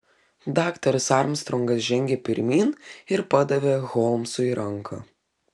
daktaras armstrongas žengė pirmyn ir padavė holmsui ranką